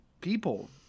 people